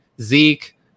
Zeke